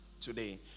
today